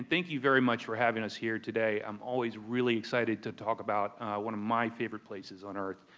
thank you very much for having us here today. i'm always really excited to talk about one of my favorite places on earth.